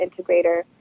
integrator